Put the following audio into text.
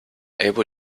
able